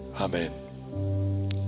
Amen